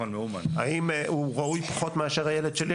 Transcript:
האם הוא ראוי פחות מאשר הילד שלי?